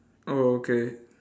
oh okay